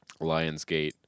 Lionsgate